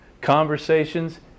conversations